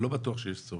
אני לא בטוח שיש צורך.